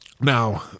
Now